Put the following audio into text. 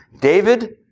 David